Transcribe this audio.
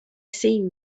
seen